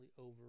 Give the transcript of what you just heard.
over